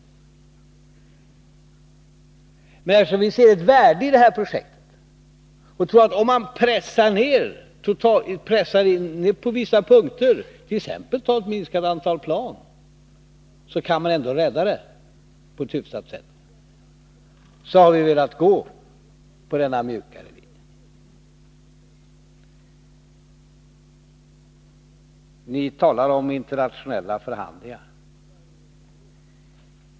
Men eftersom vi ser ett värde i detta projekt och tror att man ändå kan rädda det på ett hyfsat sätt om man pressar det på vissa punkter —t.ex. minskar antalet plan — så har vi velat gå på denna mjuka linje. Ni talar om internationella förhandlingar.